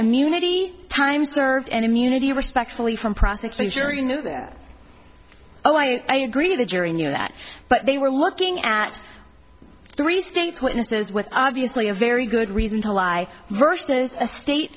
immunity time served and immunity respectfully from prosecution you knew that oh i agree the jury knew that but they were looking at three states witnesses with obviously a very good reason to lie versus a state